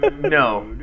No